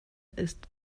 ist